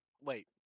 wait